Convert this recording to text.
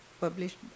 published